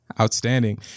Outstanding